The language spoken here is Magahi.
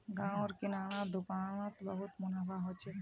गांव र किराना दुकान नोत बहुत मुनाफा हो छे